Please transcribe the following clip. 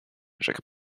rzekł